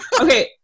Okay